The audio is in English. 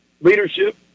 Leadership